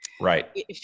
Right